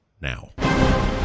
now